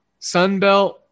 Sunbelt